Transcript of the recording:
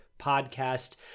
podcast